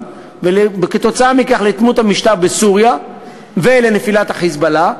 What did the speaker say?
וכתוצאה מכך להתמוטטות המשטר בסוריה ולנפילת ה"חיזבאללה",